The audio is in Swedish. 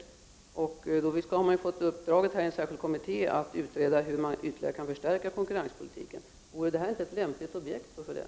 En särskild kommitté har visst fått uppdraget att utreda hur man ytterligare kan förstärka konkurrensen. Vore inte detta ett lämpligt objekt för det?